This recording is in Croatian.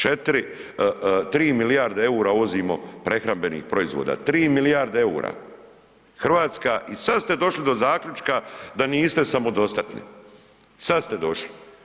4, 3 milijarde EUR-a uvozimo prehrambenih proizvoda, 3 milijarde EUR-a, Hrvatska i sad ste došli do zaključka da niste samodostatni, sad ste došli.